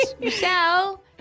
michelle